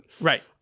Right